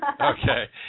Okay